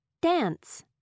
Dance